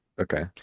Okay